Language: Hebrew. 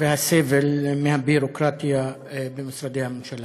מהסבל מהביורוקרטיה במשרדי הממשלה.